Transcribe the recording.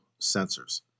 sensors